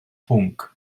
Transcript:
bwnc